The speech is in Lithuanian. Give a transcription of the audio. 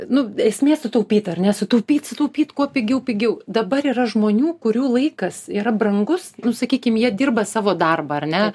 nu esmė sutaupyt ar ne sutaupyt sutaupyt kuo pigiau pigiau dabar yra žmonių kurių laikas yra brangus nu sakykim jie dirba savo darbą ar ne